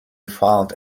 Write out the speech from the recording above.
found